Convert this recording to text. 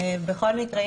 בכל מקרה,